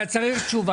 בסדר, אתה צריך תשובה.